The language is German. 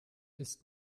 ist